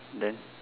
then